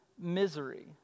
Misery